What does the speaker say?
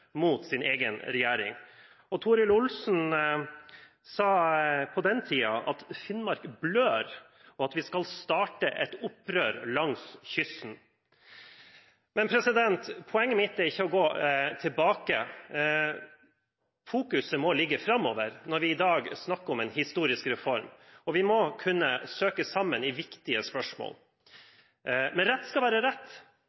mot sin egen regjering. Finnmark blør, sa Toril Olsen på den tiden og varslet et opprør langs hele kysten. Men poenget mitt er ikke å gå tilbake. Fokuset må være framover når vi i dag snakker om en historisk reform. Vi må kunne søke sammen i viktige